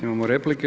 Imamo replike.